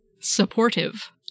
supportive